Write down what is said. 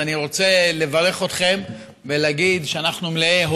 אני רוצה לברך אתכם ולהגיד שאנחנו מלאי